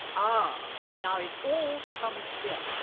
um ah! now it all becomes clear!